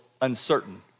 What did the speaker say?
uncertain